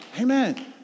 Amen